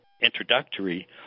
introductory